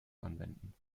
anwenden